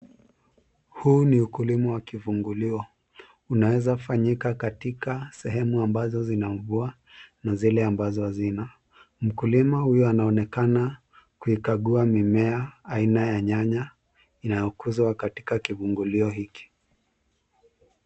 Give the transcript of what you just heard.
Huu ni ukulima wa kifungulio, unaweza fanyika katika sehemu ambazo zina mvua na zile ambazo hasina. Mkulima huyu anaonekana kuikagua mimea aina ya nyanya inayokuzwa katika kifungulio hiki.